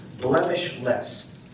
blemishless